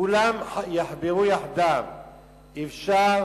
אם כולם יחברו יחדיו אפשר,